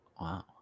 Wow